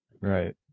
Right